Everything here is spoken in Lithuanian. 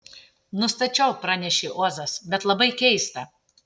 nustačiau pranešė ozas bet labai keista